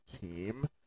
team